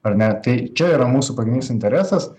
ar ne tai čia yra mūsų pagrindinis interesas